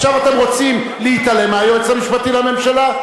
עכשיו אתם רוצים להתעלם מהיועץ המשפטי לממשלה,